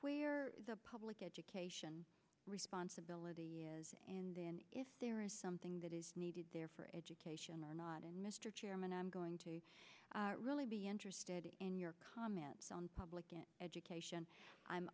where the public education responsibility is in if there is something that is needed there for education or not and mr chairman i'm going to really be interested in your comments on public education i'm